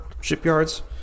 shipyards